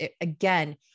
again